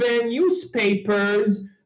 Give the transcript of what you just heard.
newspapers